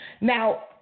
Now